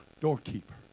doorkeeper